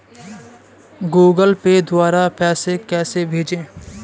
Google Pay द्वारा पैसे कैसे भेजें?